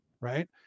Right